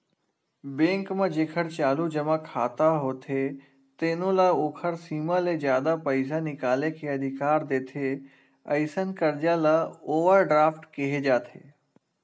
bank म जेखर चालू जमा खाता होथे तेनो ल ओखर सीमा ले जादा पइसा निकाले के अधिकार देथे, अइसन करजा ल ओवर ड्राफ्ट केहे जाथे